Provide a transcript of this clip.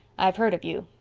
i've heard of you.